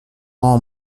law